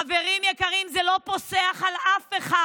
חברים יקרים, זה לא פוסח על אף אחד,